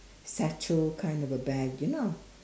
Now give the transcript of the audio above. satchel kind of a bag you know